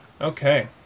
Okay